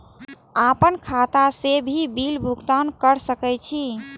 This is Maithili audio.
आपन खाता से भी बिल भुगतान कर सके छी?